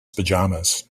pajamas